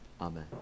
Amen